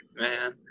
Man